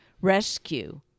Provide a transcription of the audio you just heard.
rescue